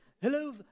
hello